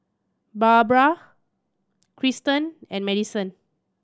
Barbra Kristan and Madisen